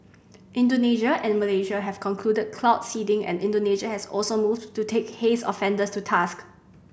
Indonesia and Malaysia have conclude cloud seeding and Indonesia has also moved to take haze offenders to task